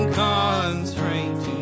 constrained